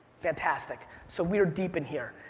fantastic. so we are deep in here.